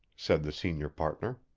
said the senior partner.